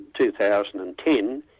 2010